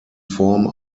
form